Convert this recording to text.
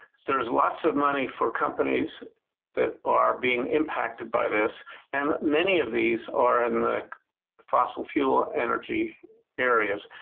there's lots of money for companies that are being impacted by this and many of these are in the fossil fuel energy areas.